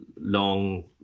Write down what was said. long